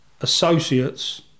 associates